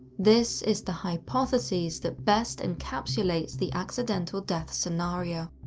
this is the hypothesis that best encapsulates the accidental death scenario.